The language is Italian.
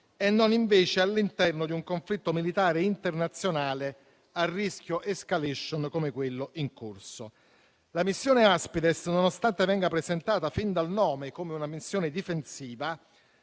di criminalità e non di un conflitto militare internazionale a rischio *escalation* come quello in corso. La missione Aspides, nonostante venga presentata fin dal nome come una missione difensiva,